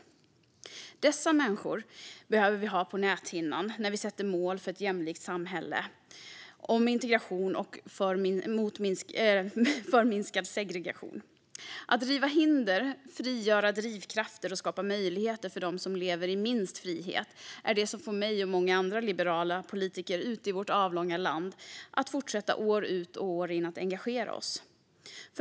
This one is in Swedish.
Dessa människor behöver vi ha på näthinnan när vi sätter mål om ett jämlikt samhälle, om integration och om minskad segregation. Att riva hinder, frigöra drivkrafter och skapa möjligheter för dem som lever i minst frihet är det som får mig och många andra liberala politiker ute i vårt avlånga land att år ut och år in fortsätta att engagera oss.